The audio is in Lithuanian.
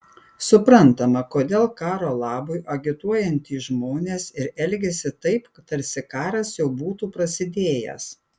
suprantama kodėl karo labui agituojantys žmonės ir elgiasi taip tarsi karas jau būtų prasidėjęs